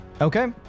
Okay